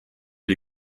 gli